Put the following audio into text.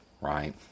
right